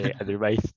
Otherwise